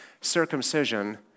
Circumcision